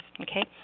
okay